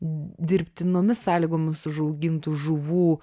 dirbtinomis sąlygomis užaugintų žuvų